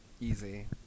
easy